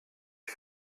ich